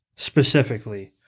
specifically